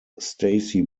stacey